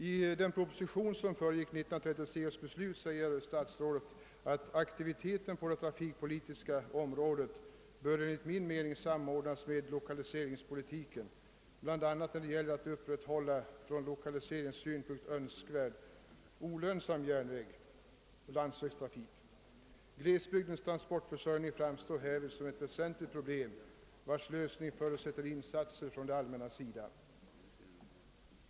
I den proposition som föregick 1963 års beslut säger statsrådet: »Aktiviteten på det trafikpolitiska området bör enligt min mening samordnas med lokaliseringspolitiken bl.a. när det gäller att upprätthålla från lokaliseringssynpunkt önskvärd olönsam järnvägsoch lands vägstrafik., ——— »Glesbygdernas transportförsörjning framstår härvid såsom ett väsentligt problem, vars lösning förutsätter insatser från det allmännas sida.